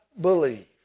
believe